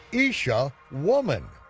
eesha, woman.